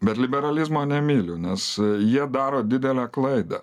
bet liberalizmo nemyliu nes jie daro didelę klaidą